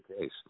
case